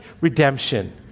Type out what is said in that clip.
redemption